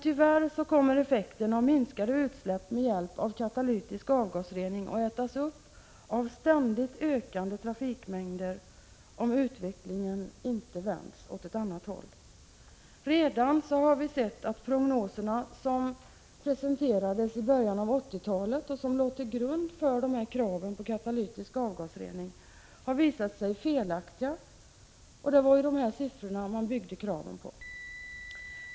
Tyvärr kommer effekten av minskade utsläpp med hjälp av katalytisk avgasrening att ätas upp av ständigt ökande trafikmängder om utvecklingen inte vänds. Vi har redan sett att de prognoser som presenterades i början av 1980-talet och som låg till grund för kraven på katalytisk avgasrening har visat sig felaktiga, och det var dessa siffror som man byggde kraven på.